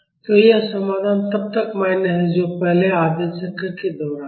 तो यह समाधान तब तक मान्य है जो पहले आधे चक्र के दौरान है